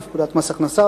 לפקודת מס הכנסה,